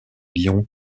lyon